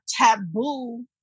taboo